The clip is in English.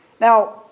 Now